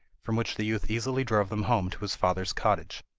from which the youth easily drove them home to his father's cottage.